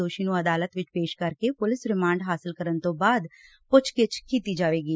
ਦੋਸ਼ੀ ਨੂੰ ਅਦਾਲਤ ਵਿਚ ਪੇਸ਼ ਕਰਕੇ ਪੁਲਿਸ ਰਿਮਾਂਡ ਹਾਸਲ ਕਰਨ ਤੋਂ ਬਾਅਦ ਪੁੱਛਗਿੱਛ ਕੀਤੀ ਜਾਵੇਗੀ